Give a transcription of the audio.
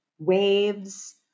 waves